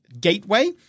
gateway